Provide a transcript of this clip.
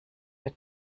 der